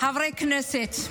-- חברי כנסת,